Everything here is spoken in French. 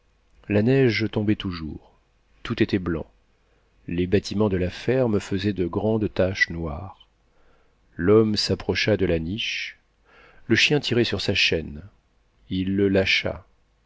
la neige tombait toujours tout était blanc les bâtiments de la ferme faisaient de grandes taches noires l'homme s'approcha de la niche le chien tirait sur sa chaîne il